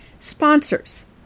Sponsors